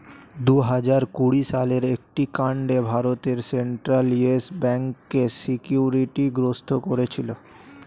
দুহাজার কুড়ি সালের একটি কাণ্ডে ভারতের সেন্ট্রাল ইয়েস ব্যাঙ্ককে সিকিউরিটি গ্রস্ত করেছিল